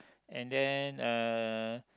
and then uh